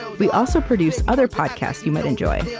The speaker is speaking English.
we also produce other podcasts you might enjoy,